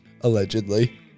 Allegedly